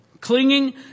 clinging